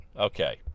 Okay